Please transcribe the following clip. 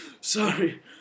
Sorry